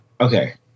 Okay